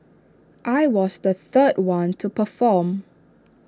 I was the third one to perform